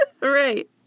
right